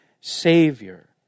savior